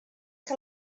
que